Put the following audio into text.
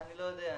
אני לא יודע.